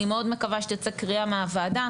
אני מאוד מקווה שתצא קריאה מהוועדה,